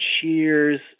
Cheers